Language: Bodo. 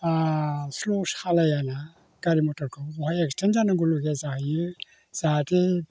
स्ल' सालायाना गारि मटरखौ बेवहाय एक्सिडेन्ट जानांगौ लगिया जाहैयो जाहाथे